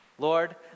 Lord